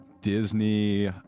Disney